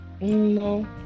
No